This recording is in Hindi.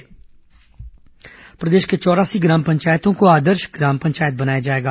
गुड गर्वेनेंस प्रदेश के चौरासी ग्राम पंचायतों को आदर्श ग्राम पंचायत बनाया जाएगा